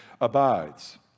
abides